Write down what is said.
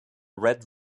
red